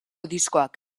diskoak